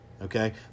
okay